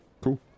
cool